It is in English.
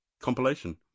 compilation